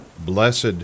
Blessed